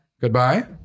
Goodbye